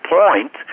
point